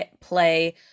play